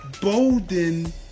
Bolden